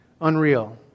unreal